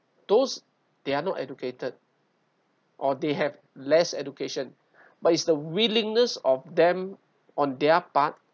those they are not educated or they have less education but it's the willingness of them on their part